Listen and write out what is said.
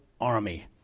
army